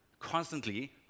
constantly